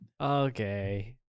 Okay